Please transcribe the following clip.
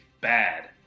bad